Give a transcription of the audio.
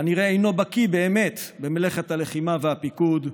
כנראה אינו בקי באמת במלאכת הלחימה והפיקוד,